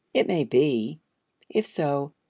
it may be if so,